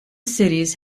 cities